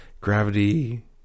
gravity